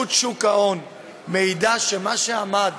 שוק ההון מעיד שמה שעמד